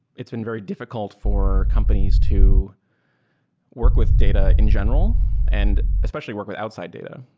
it's been very diffi cult for companies to work with data in general and especially work with outside data.